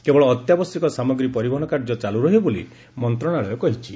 କେବଳ ଅତ୍ୟାବଶ୍ୟକ ସାମଗ୍ରୀ ପରିବହନ କାର୍ଯ୍ୟ ଚାଲୁ ରହିବ ବୋଲି ମନ୍ତ୍ରଣାଳୟ କହିଛି